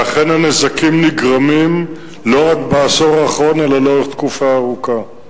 אכן הנזקים נגרמים לא רק בעשור האחרון אלא לאורך תקופה ארוכה.